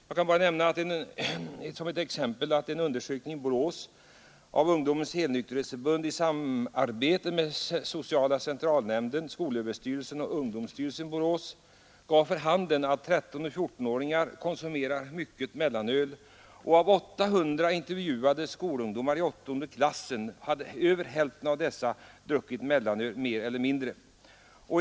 Jag kan nämna som ett exempel att en undersökning i Borås av Ungdomens helnykterhetsförbund i samarbete med sociala centralnämnden, skolstyrelsen och ungdomsstyrelsen i Borås gav vid handen att 13—14-åringar konsumerar mycket mellanöl. Av 800 intervjuade elever i åttonde klass hade över hälften druckit mellanöl i större eller mindre utsträckning.